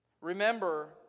Remember